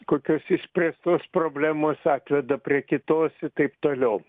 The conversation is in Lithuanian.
kokios išspręstos problemos atveda prie kitos ir taip toliau